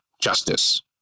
Justice